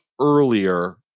earlier